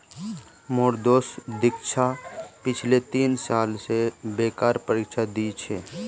मोर दोस्त दीक्षा पिछले तीन साल स बैंकेर परीक्षा दी छ